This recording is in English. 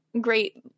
great